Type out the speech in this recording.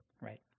Right